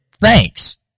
Thanks